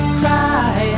cry